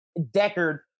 Deckard